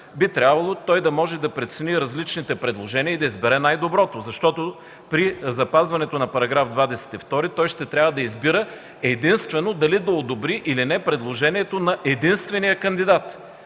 би трябвало той да може да прецени различните предложения и да избере най-доброто. При запазването на § 22 той ще трябва да избира единствено дали да одобри, или не предложението на единствения кандидат.